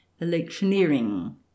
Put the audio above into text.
electioneering